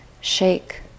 shake